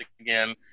again